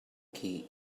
key